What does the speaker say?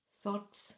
Thoughts